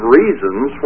reasons